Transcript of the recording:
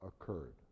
occurred